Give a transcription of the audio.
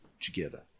together